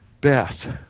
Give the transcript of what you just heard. Beth